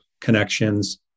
connections